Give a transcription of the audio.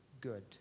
good